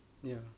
ya